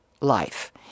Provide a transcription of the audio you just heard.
life